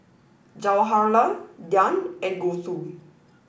Jawaharlal Dhyan and Gouthu